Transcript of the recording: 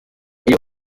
iyo